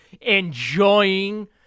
enjoying